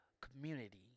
community